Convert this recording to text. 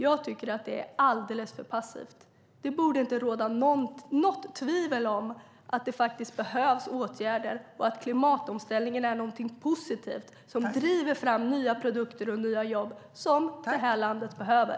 Jag tycker att det är alldeles för passivt. Det borde inte råda något tvivel om att det behövs åtgärder och att klimatomställningen är någonting positivt som driver fram nya produkter och nya jobb som detta land behöver.